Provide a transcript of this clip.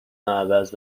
عوض